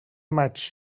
maig